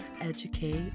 educate